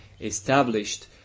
established